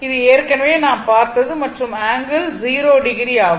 இது ஏற்கனவே நாம் பார்த்தது மற்றும் ஆங்கிள் 0o ஆகும்